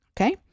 okay